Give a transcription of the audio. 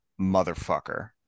motherfucker